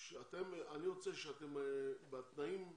אני רוצה שבתנאים,